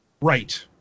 Right